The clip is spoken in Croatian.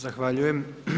Zahvaljujem.